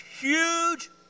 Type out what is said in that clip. huge